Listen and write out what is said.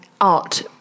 art